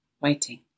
waiting